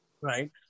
right